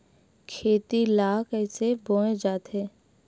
खेती ला कइसे बोय जाथे?